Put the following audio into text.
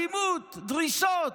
אלימות, דריסות,